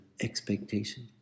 expectation